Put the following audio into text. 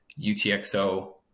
UTXO